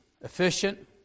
efficient